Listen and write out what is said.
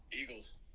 eagles